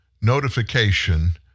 notification